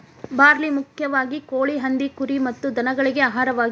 barley ಮುಖ್ಯವಾಗಿ ಕೋಳಿ, ಹಂದಿ, ಕುರಿ ಮತ್ತ ದನಗಳಿಗೆ ಆಹಾರವಾಗಿದೆ